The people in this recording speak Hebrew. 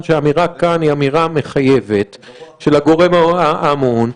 שהאמירה כאן היא אמירה מחייבת של הגורם האמון.